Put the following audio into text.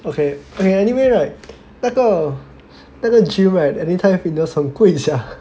okay eh anyway like 那个 gym Anytime Fitness 很贵一下